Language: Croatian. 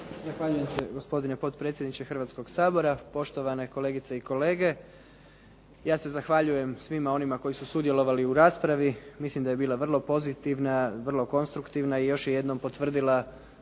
Zahvaljujem se gospodine potpredsjedniče Hrvatskog sabora. Poštovane kolegice i kolege. Ja se zahvaljujem svima onima koji su sudjelovali u raspravi. Mislim da je bila vrlo pozitivna, vrlo konstruktivna i još jednom potvrdila